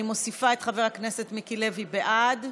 אני מוסיפה את חבר הכנסת מיקי לוי, בעד.